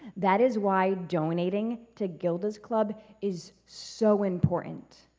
that is why donating to gilda's club is so important.